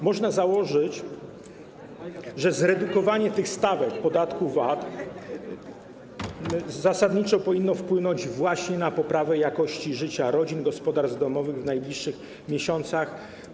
Można założyć, że zredukowanie tych stawek podatku VAT zasadniczo powinno wpłynąć właśnie na poprawę jakości życia rodzin, gospodarstw domowych w najbliższych miesiącach.